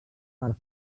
part